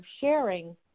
sharing